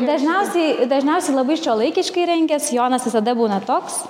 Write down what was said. dažniausiai dažniausiai labai šiuolaikiškai rengia sijonas visada būna toks